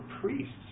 priests